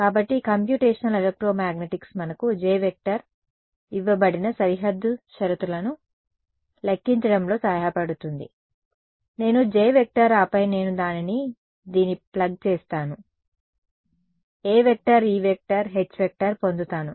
కాబట్టి computational electromagnetics మనకు J ఇవ్వబడిన సరిహద్దు షరతులను లెక్కించడంలో సహాయపడుతుంది నేను J ఆపై నేను దానిని దీని ప్లగ్ చేస్తాను A E H పొందుతాను